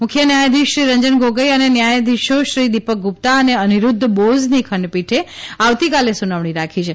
મુખ્ય ન્યાયાધીશશ્રી રંજન ગોગોઇ અને ન્યાયધીશોશ્રી દીપક ગુપ્તા અને અનિરુદ્ધ બોઝની ખંડપીઠે આવતીકાલે સુનાવણી રાખી છે